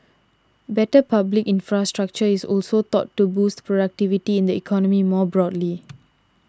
better public infrastructure is also thought to boost productivity in the economy more broadly